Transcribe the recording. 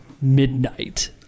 Midnight